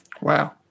Wow